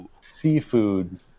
seafood